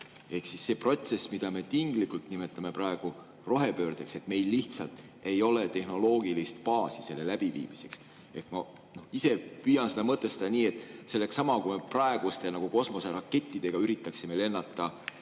Ehk see protsess, mida me tinglikult nimetame praegu rohepöördeks – meil lihtsalt ei ole tehnoloogilist baasi selle läbiviimiseks. Ma ise püüan seda mõtestada nii, et see oleks sama, kui me praeguste kosmoserakettidega üritaksime lennata